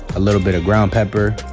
a little bit of ground pepper,